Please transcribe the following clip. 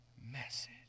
message